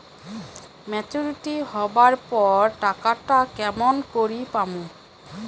Maturity হবার পর টাকাটা কেমন করি পামু?